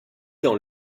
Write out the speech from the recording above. dans